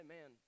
Man